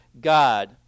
God